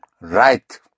Right